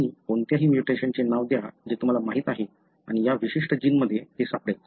तुम्ही कोणत्याही म्यूटेशनचे नाव द्या जे तुम्हाला माहित आहे आणि या विशिष्ट जीनमध्ये सापडेल